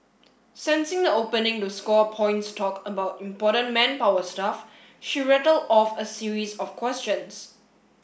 sensing the opening to score points talk about important manpower stuff she rattled off a series of questions